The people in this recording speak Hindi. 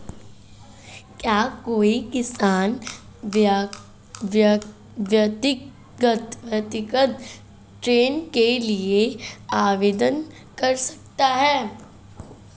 क्या कोई किसान व्यक्तिगत ऋण के लिए आवेदन कर सकता है?